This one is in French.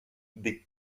des